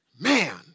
Man